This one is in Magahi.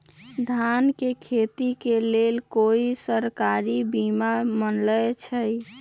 धान के खेती के लेल कोइ सरकारी बीमा मलैछई?